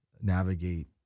navigate